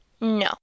No